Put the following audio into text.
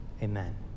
Amen